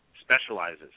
specializes